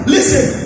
Listen